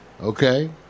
okay